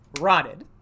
rotted